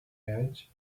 edge